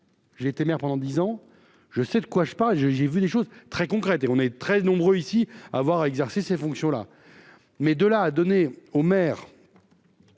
J'ai été maire pendant 10 ans, je sais de quoi je parle, j'ai, j'ai vu des choses très concrètes et on est très nombreux ici à avoir exercé ces fonctions-là, mais de là à donner au maire.